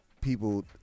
people